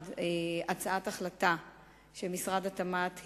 כי אתמול עברה בממשלה פה אחד הצעת החלטה שמשרד התמ"ת הגיש,